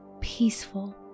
peaceful